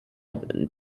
and